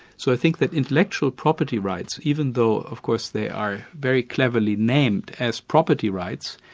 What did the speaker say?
so i think that intellectual property rights, even though of course they are very cleverly named, as property rights,